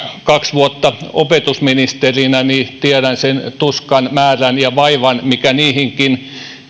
kaksi vuotta opetusministerinä niin tiedän sen tuskan määrän ja vaivan mikä niihinkin